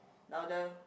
louder